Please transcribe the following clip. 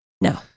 no